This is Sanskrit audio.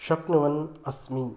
शक्नुवन् अस्मि